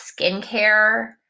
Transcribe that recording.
skincare